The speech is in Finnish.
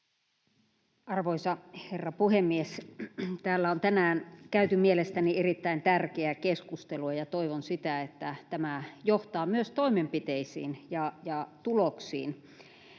Arvoisa herra puhemies! Täällä on tänään käyty mielestäni erittäin tärkeää keskustelua, ja toivon, että tämä johtaa myös toimenpiteisiin ja tuloksiin.